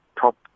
top